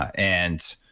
and